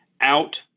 out